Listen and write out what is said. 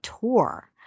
tour